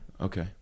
Okay